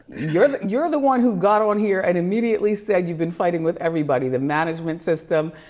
you're the you're the one who got on here and immediately said you've been fighting with everybody. the management system,